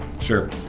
Sure